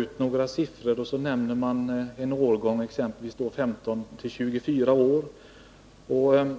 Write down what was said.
att några siffror plockas ut. Man nämner en årgång — exempelvis 15-24-åringar.